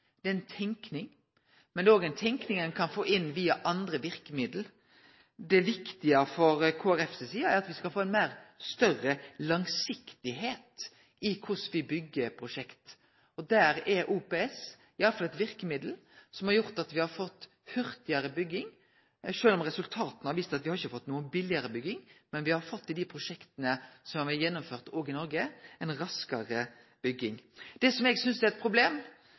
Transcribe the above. Det er ein tenkjemåte, men det er òg ein tenkjemåte som ein kan få inn via andre verkemiddel. Det viktige for Kristeleg Folkeparti er at me skal få større langsiktigheit i korleis me byggjer prosjekt. Og der er OPS i alle fall eit verkemiddel, som har gjort at me har fått hurtigare bygging, sjølv om resultata viser at me ikkje har fått billigare bygging. Men i dei prosjekta som har vore gjennomførte i Noreg, har me fått ei raskare bygging. Det som eg synest er eit problem